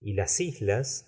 y las islas